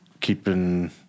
keeping